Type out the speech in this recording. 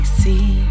see